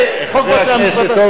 חבר הכנסת הורוביץ,